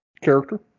character